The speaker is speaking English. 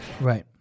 Right